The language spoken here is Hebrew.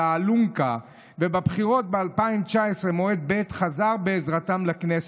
האלונקה ובבחירות ב-2019 מועד ב' חזר בעזרתם לכנסת.